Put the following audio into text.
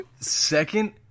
Second